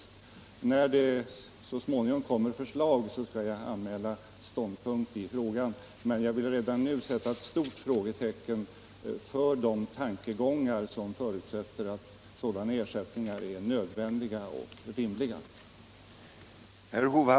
57 När det så småningom kommer förslag skall jag anmäla min ståndpunkt i frågan, men jag vill redan nu sätta ett stort frågetecken för tankegångar som går ut på att sådana ersättningar är nödvändiga och rimliga.